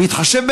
בהתחשב,